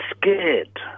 scared